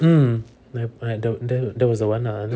mm that part that was the one lah